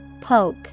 Poke